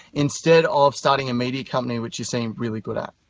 instead of starting a media company, which you seem really good at?